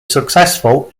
successful